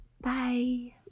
Bye